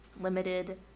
limited